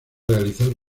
realizar